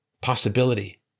possibility